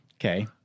okay